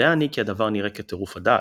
יודע אני כי הדבר נראה כטירוף הדעת,